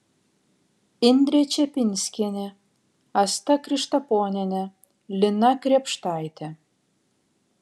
indrė čepinskienė asta krištaponienė lina krėpštaitė